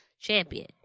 champion